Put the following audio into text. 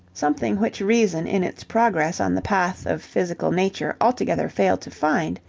something which reason in its progress on the path of physical nature altogether failed to find,